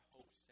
Hope